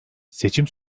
seçim